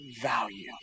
value